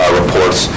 reports